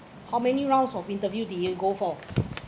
how many rounds of interview did you go for